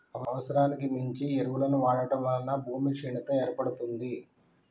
అవసరానికి మించి ఎరువులను వాడటం వలన భూమి క్షీణత ఏర్పడుతుంది